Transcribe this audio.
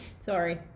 sorry